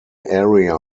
area